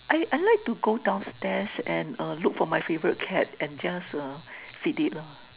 I I like to go downstairs and uh look for my favourite cat and just uh feed it uh